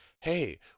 hey